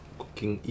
cooking